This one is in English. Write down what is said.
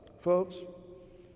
Folks